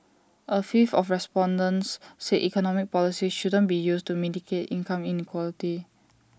A fifth of respondents said economic policies shouldn't be used to mitigate income inequality